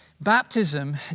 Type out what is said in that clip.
baptism